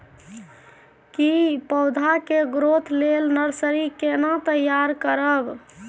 की पौधा के ग्रोथ लेल नर्सरी केना तैयार करब?